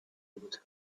would